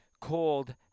called